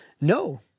No